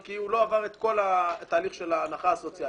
כי הוא לא עבר את כל התהליך של ההנחה הסוציאלית,